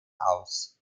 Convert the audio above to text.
aus